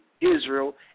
Israel